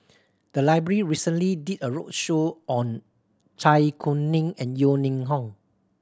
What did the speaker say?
the library recently did a roadshow on Zai Kuning and Yeo Ning Hong